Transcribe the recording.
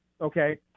Okay